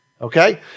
okay